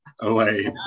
away